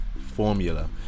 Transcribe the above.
formula